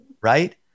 right